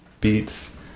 beats